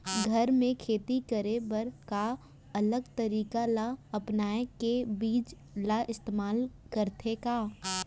घर मे खेती करे बर का अलग तरीका ला अपना के बीज ला इस्तेमाल करथें का?